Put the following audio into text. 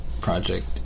project